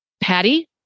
Patty